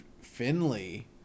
Finley